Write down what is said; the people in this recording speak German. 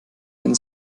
wenn